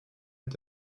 est